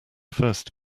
first